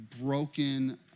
broken